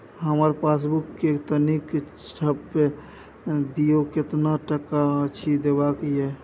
हमर पासबुक के तनिक छाय्प दियो, केतना टका अछि देखबाक ये?